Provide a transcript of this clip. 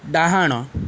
ଡାହାଣ